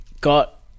Got